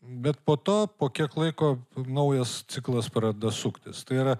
bet po to po kiek laiko naujas ciklas pradeda suktis tai yra